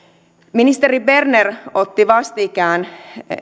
ministeri berner otti vastikään